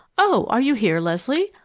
oh! are you here, leslie?